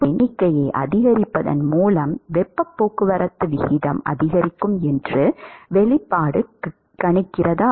துடுப்புகளின் எண்ணிக்கையை அதிகரிப்பதன் மூலம் வெப்பப் போக்குவரத்து விகிதம் அதிகரிக்கும் என்று வெளிப்பாடு கணிக்கிறதா